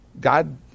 God